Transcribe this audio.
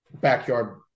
backyard